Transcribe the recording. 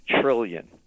trillion